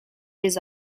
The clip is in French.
les